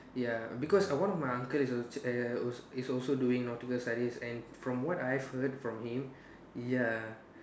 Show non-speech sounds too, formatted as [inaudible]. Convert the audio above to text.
ya because one of my uncle is [noise] is also doing nautical studies and from what I've heard from him ya